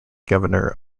governor